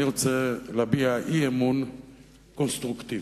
אני רוצה להביע אי-אמון קונסטרוקטיבי.